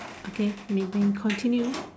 okay we may continue